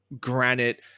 granite